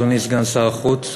אדוני סגן שר החוץ,